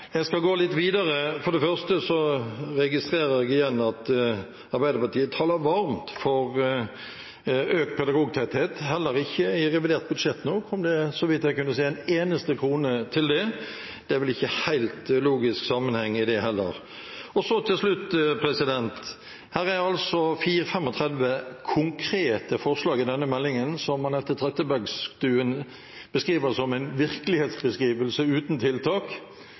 Jeg skal gå litt videre. For det første registrerer jeg igjen at Arbeiderpartiet taler varmt for økt pedagogtetthet. Heller ikke i revidert budsjett nå kom det – så vidt jeg kunne se – en eneste krone til det. Det er vel ikke en helt logisk sammenheng i det heller. Så til slutt: Det er 34 konkrete forslag i denne meldingen – som Anette Trettebergstuen betegner som en virkelighetsbeskrivelse uten tiltak